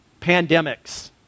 pandemics